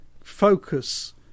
focus